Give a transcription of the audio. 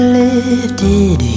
lifted